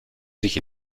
sich